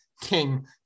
king